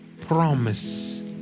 Promise